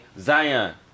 Zion